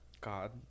God